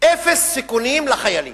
אפס סיכונים לחיילים.